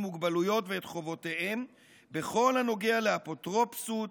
מוגבלויותיהם ואת חובותיהם בכל הנוגע לאפוטרופסות,